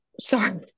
Sorry